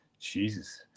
Jesus